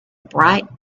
bright